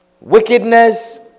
wickedness